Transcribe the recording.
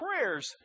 prayers